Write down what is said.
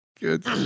good